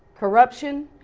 corruption,